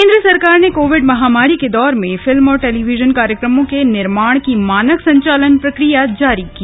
केन्द्र सरकार ने कोविड महामारी के दौर में फिल्म और टेलीविजन कार्यक्रमों के निर्माण की मानक संचालन प्रक्रिया जारी की है